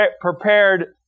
prepared